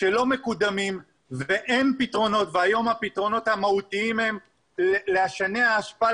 שלא מקודמים ואין פתרונות והיום הפתרונות המהותיים הם לשנע אשפה